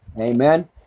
Amen